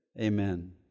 Amen